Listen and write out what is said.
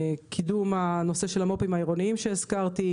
קידום הנושא של המו"פ העירוני שהזכרתי,